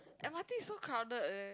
m_r_t so crowded eh